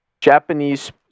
Japanese